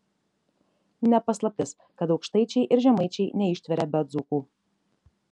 ne paslaptis kad aukštaičiai ir žemaičiai neištveria be dzūkų